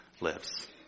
lives